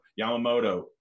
Yamamoto